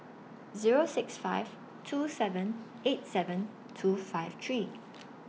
Zero six five two seven eight seven two five three